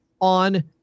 on